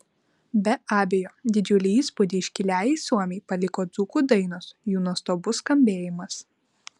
be abejo didžiulį įspūdį iškiliajai suomei paliko dzūkų dainos jų nuostabus skambėjimas